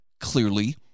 clearly